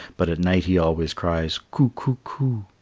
but at night he always cries, koo-koo-koo,